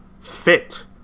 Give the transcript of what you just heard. fit